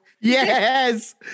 Yes